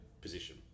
position